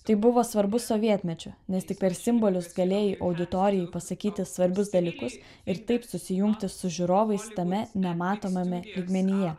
tai buvo svarbu sovietmečiu nes tik per simbolius galėjai auditorijai pasakyti svarbius dalykus ir taip susijungti su žiūrovais tame nematomame lygmenyje